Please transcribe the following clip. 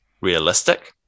realistic